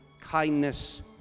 kindness